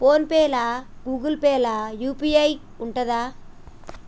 Phone pay లా Google Pay లా UPI ఉంటదా?